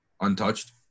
untouched